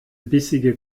bissige